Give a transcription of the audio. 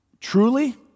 Truly